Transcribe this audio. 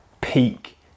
peak